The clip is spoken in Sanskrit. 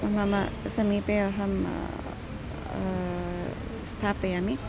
मम समीपे अहं स्थापयामि